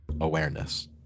awareness